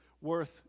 worth